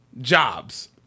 jobs